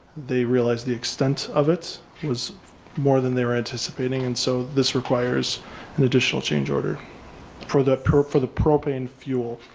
they realized the extent of it was more than they were anticipating and so this requires an additional change order for the for the propane fuel.